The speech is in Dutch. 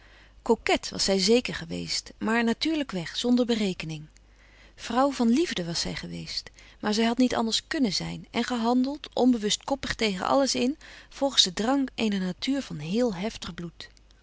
coquet was zij zeker geweest maar natuurlijkweg zonder berekening vrouw van liefde was zij geweest maar zij had niet anders kùnnen zijn en gehandeld onbewust koppig tegen alles in volgens den drang eener natuur van heel heftig bloed